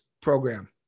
program